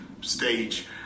stage